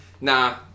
nah